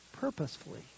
purposefully